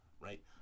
right